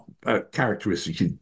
characteristics